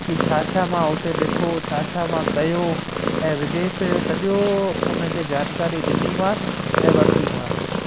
कि छा छा मां हुते ॾिठो छा छा मां कयो ऐं विदेश जो सॼो उन खे जानकारी ॾिनीमांस ऐं वरितीमांसि